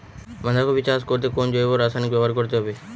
বাঁধাকপি চাষ করতে কোন জৈব রাসায়নিক ব্যবহার করতে হবে?